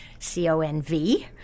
c-o-n-v